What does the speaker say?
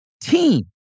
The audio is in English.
team